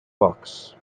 box